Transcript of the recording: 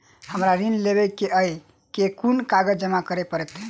हमरा ऋण लेबै केँ अई केँ कुन कागज जमा करे पड़तै?